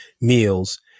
meals